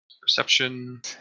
Perception